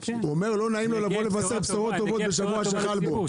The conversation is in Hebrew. הוא אומר לא נעים לו לבוא לבשר בשורות טוב בשבוע של תשעה באב.